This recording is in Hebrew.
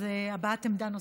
הבעת עמדה נוספת,